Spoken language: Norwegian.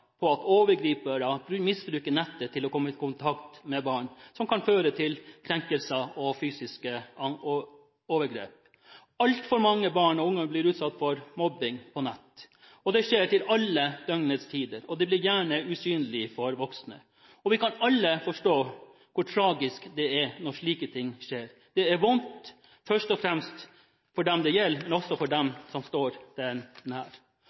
på at overgripere misbruker nettet til å komme i kontakt med barn, noe som kan føre til krenkelser og fysiske overgrep. Altfor mange barn og unge blir utsatt for mobbing på nett. Det skjer til alle døgnets tider, og det er ofte usynlig for voksne. Vi kan alle forstå hvor tragisk det er når slike ting skjer. Det er vondt, først og fremst for dem det gjelder, men også for de som står dem nær.